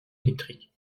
électriques